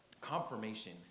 confirmation